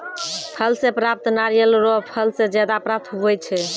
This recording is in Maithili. फल से प्राप्त नारियल रो फल से ज्यादा प्राप्त हुवै छै